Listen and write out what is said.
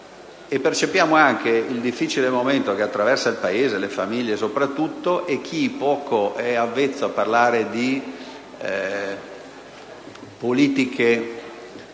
tener conto del difficile momento che attraversa il Paese, le famiglie soprattutto. Chi è poco avvezzo a parlare di politiche